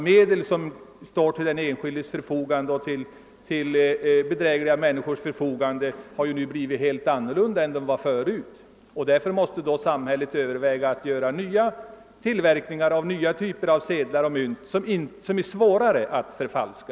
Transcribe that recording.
Medel som står till den enskildes förfogande och till bedrägliga människors förfogande har nu blivit helt annorlunda än förut, och därför måste samhället överväga att göra nya typer av sedlar och mynt som är svårare att förfalska.